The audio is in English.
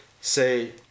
say